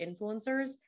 influencers